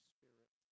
Spirit